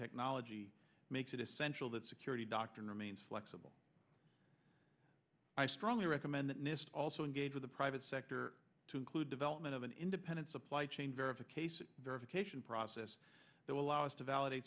technology makes it essential that security doctrine remains flexible i strongly recommend that nist also engage with the private sector to include development of an independent supply chain verification verification process that will allow us to validate